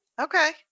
Okay